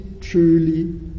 truly